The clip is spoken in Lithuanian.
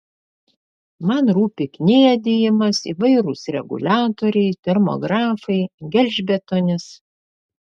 man rūpi kniedijimas įvairūs reguliatoriai termografai gelžbetonis